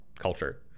culture